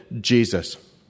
Jesus